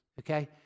okay